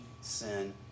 sin